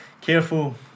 careful